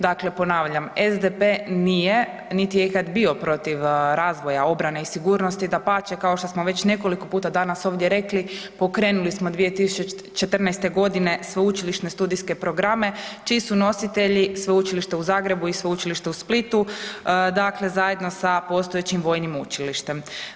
Dakle, SDP nije, niti je ikad bio protiv razvoja obrane i sigurnosti, dapače kao što smo već nekoliko puta danas ovdje rekli pokrenuli smo 2014. godine sveučilišne studijske programe čiji su nositelji Sveučilište u Zagrebu i Sveučilište u Splitu, dakle zajedno sa postojećim vojnim učilištem.